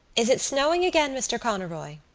is it snowing again, mr. conroy?